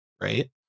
right